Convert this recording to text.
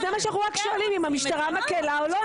זה מה שאנחנו שואלים אם המשטרה מקלה או לא?